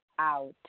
out